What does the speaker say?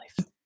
life